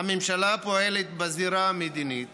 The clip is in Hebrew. הממשלה פועלת בזירה המדינית